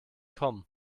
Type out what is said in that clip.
kommen